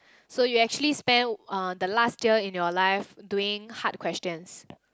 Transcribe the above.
so you actually spent uh the last year in your life doing hard questions